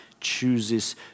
chooses